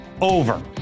over